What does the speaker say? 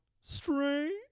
strange